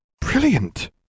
Brilliant